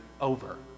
over